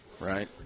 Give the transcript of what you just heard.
Right